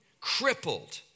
crippled